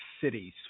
cities